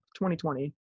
2020